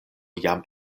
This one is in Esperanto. jam